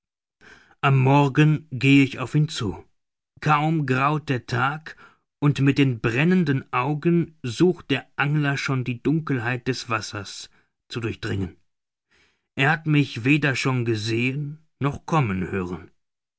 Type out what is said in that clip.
am morgen gehe ich auf ihn zu kaum graut der tag und mit den brennenden augen sucht der angler schon die dunkelheit des wassers zu durchdringen er hat mich weder schon gesehen noch kommen hören